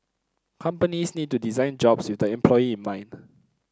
companies need to design jobs with the employee in mind